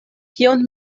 kion